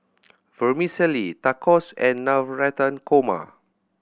Vermicelli Tacos and Navratan Korma